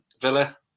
Villa